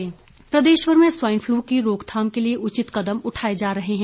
swine flu प्रदेशभर में swine flu की रोकथाम के लिए उचित कदम उठाए जा रहे हैं